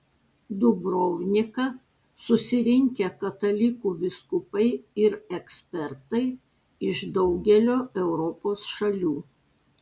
dubrovniką susirinkę katalikų vyskupai ir ekspertai iš daugelio europos šalių